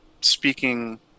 speaking